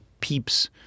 peeps